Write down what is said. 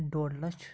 ڈوٚڈ لَچھ